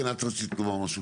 כן, את רצית לומר משהו.